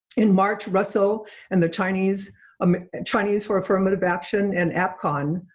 in march, russell and the chinese um chinese for affirmative action and apcon,